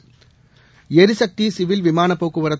ளிசக்தி சிவில் விமானப்போக்குவரத்து